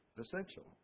essential